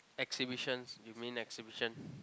exhibitions you mean exhibition